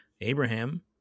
Abraham